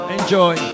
Enjoy